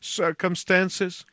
circumstances